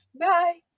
bye